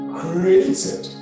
created